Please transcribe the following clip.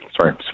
sorry